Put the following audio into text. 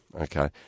okay